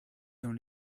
dans